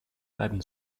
bleiben